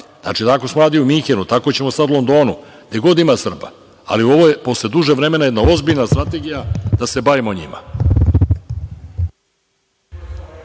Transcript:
radi. Tako smo radili u Minhenu, tako ćemo sada u Londonu, gde god ima Srba. Ovo je posle dužeg vremena jedna ozbiljna strategija da se bavimo njima.